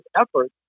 efforts